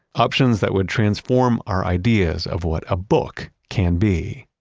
options that would transform our ideas of what a book can be.